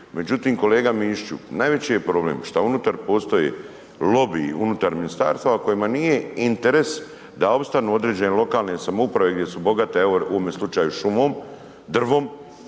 Međutim, kolega Mišiću najveći je problem što unutar postoji lobij, unutar ministarstva kojima nije interes da opstanu određene lokalne samouprave gdje su bogate u ovome slučaju šumom, drvom,